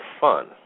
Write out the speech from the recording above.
fun